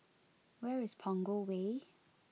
where is Punggol Way